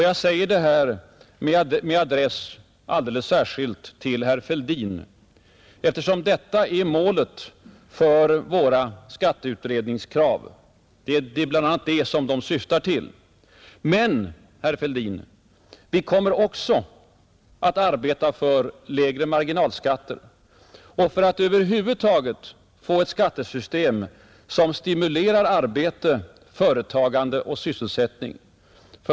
Jag säger detta med adress särskilt till herr Fälldin, eftersom det är det målet våra skatteutredningskrav bl.a. syftar till. Men, herr Fälldin, vi kommer också att arbeta för lägre marginalskatter och för att över huvud få ett skattesystem som stimulerar arbete, företagande och sysselsättning.